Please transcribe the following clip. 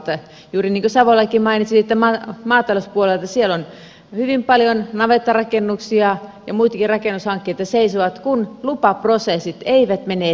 juuri niin kuin savolakin mainitsi maatalouspuolelta siellä on hyvin paljon navettarakennus ja muitakin rakennushankkeita jotka seisovat kun lupaprosessit eivät mene eteenpäin